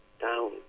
down